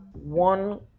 one